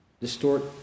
distort